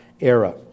era